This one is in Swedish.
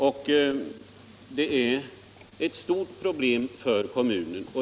Det är som sagt ett stort problem för kommunen.